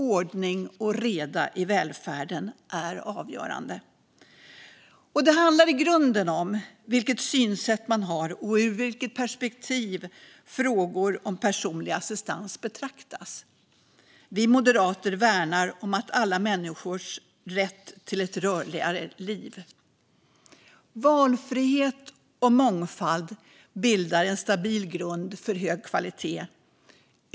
Ordning och reda i välfärden är avgörande. Det handlar i grunden om vilket synsätt man har och ur vilket perspektiv frågor om personlig assistans betraktas. Vi moderater värnar om alla människors rätt till ett rörligare liv. Valfrihet och mångfald bildar en stabil grund för hög kvalitet.